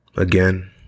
Again